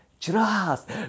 trust